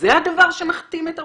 זה הדבר שמכתים את הרופאים?